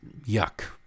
yuck